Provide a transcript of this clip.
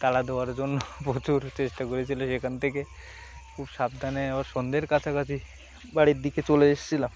তালা দেওয়ার জন্য প্রচুর চেষ্টা করেছিল সেখান থেকে খুব সাবধানে আবার সন্ধ্যের কাছাকাছি বাড়ির দিকে চলে এসছিলাম